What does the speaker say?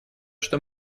что